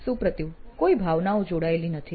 સુપ્રતિવ કોઈ ભાવનાઓ જોડાયેલી નથી